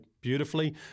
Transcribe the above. beautifully